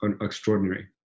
extraordinary